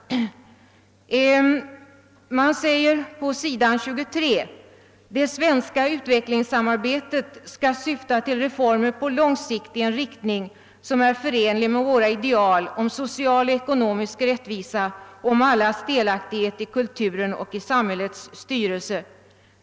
Utskottet säger på s. 23: »Det svenska utvecklingssamarbetet skall syfta till reformer på lång sikt i en riktning, som är förenlig med våra ideal om social och ekonomisk rättvisa och om allas delaktighet i kulturen och i samhällets styrelse.